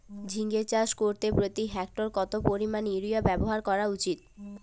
ঝিঙে চাষ করতে প্রতি হেক্টরে কত পরিমান ইউরিয়া ব্যবহার করা উচিৎ?